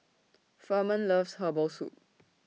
Furman loves Herbal Soup